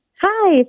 Hi